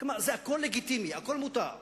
כלומר, הכול לגיטימי, הכול מותר,